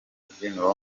rubyiniro